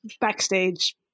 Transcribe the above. backstage